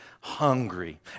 hungry